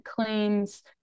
claims